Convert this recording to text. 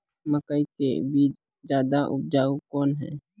मकई के बीज ज्यादा उपजाऊ कौन है?